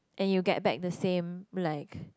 and you get back the same like